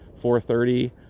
4:30